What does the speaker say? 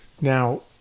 Now